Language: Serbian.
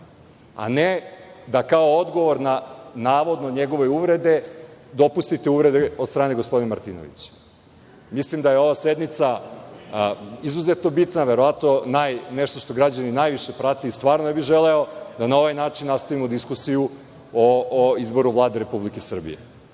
a ne da kao odgovor na, navodno, njegovo uvrede dopustite uvrede od strane gospodina Martinovića. Mislim da je ova sednica izuzetno bitna, verovatno, nešto što građani najviše prate i, stvarno, ne bih želeo da na ovaj način nastavimo diskusiju o izboru Vlade Republike Srbije.